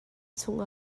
chung